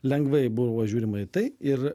lengvai buvo žiūrima į tai ir